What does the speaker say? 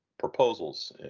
proposals